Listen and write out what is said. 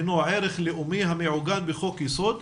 הינו ערך לאומי המעוגן בחוק יסוד,